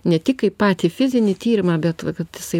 ne tik kaip patį fizinį tyrimą bet va kad jisai